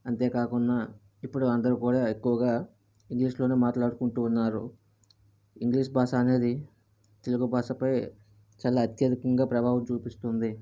అంతేకాకుండా ఇప్పుడు అందరు కూడా ఎక్కువుగా ఇంగ్లీష్లోనే మాట్లాడుకుంటున్నారు ఇంగ్లీష్ భాష అనేది తెలుగు భాష పై చాలా అత్యధికంగా ప్రభావం చూపిస్తుంది